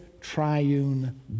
triune